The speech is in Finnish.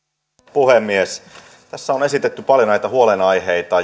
puhemies tässä on esitetty paljon näitä huolenaiheita